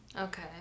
Okay